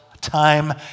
time